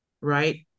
right